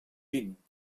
vint